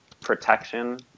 protection